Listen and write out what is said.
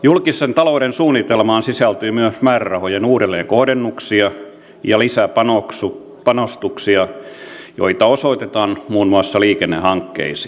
julkisen talouden suunnitelmaan sisältyy myös määrärahojen uudelleenkohdennuksia ja lisäpanostuksia joita osoitetaan muun muassa liikennehankkeisiin